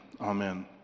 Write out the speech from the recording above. Amen